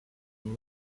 you